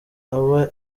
aba